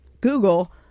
Google